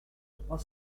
trois